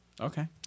Okay